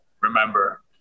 remember